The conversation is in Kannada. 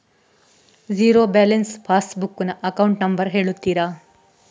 ಝೀರೋ ಬ್ಯಾಲೆನ್ಸ್ ಪಾಸ್ ಬುಕ್ ನ ಅಕೌಂಟ್ ನಂಬರ್ ಹೇಳುತ್ತೀರಾ?